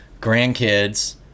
grandkids